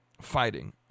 fighting